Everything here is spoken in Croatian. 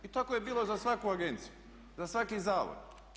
I tako je bilo za svaku agenciju, za svaki zavod.